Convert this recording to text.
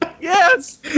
yes